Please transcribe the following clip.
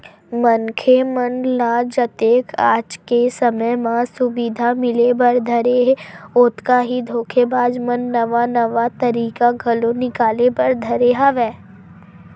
मनखे मन ल जतके आज के समे म सुबिधा मिले बर धरे हे ओतका ही धोखेबाज मन नवा नवा तरकीब घलो निकाले बर धरे हवय